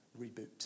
Reboot